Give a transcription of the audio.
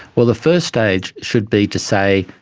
well, the first stage should be to say,